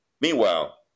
meanwhile